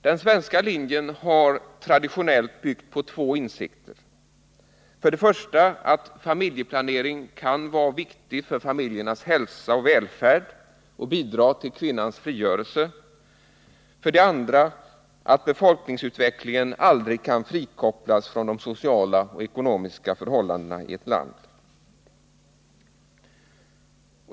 Den svenska linjen har traditionellt byggt på två insikter: för det första att familjeplanering kan vara viktig för familjernas hälsa och välfärd och bidra till kvinnans frigörelse, för det andra att befolkningsutvecklingen aldrig kan frikopplas från de sociala och ekonomiska förhållandena i ett land.